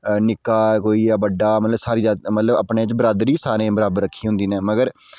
निक्का कोई जां बड्डा मतलव सारी जा मतलव अपने च बरादरी सारें बराबर रक्खी होंदी इनैं मगर